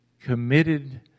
committed